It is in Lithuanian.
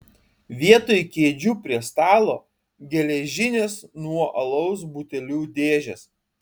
vietoj kėdžių prie stalo geležinės nuo alaus butelių dėžės